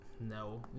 No